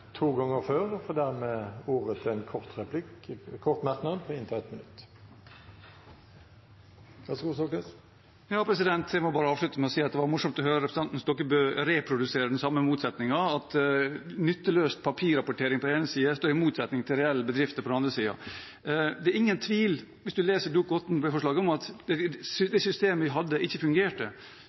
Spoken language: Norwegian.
to ganger tidligere og får ordet til en kort merknad, begrenset til 1 minutt. Jeg må bare avslutte med å si at det var morsomt å høre representanten Stokkebø reprodusere den samme motsetningen, at nytteløs papirrapportering på den ene siden står i motsetning til reelle bedrifters verdiskaping på den andre siden. Det er ingen tvil, hvis man leser Dokument 8-forslaget, om at det systemet vi hadde, ikke fungerte.